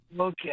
Okay